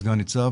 סגן ניצב,